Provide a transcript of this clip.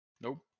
Nope